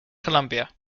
columbia